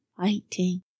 fighting